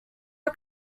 are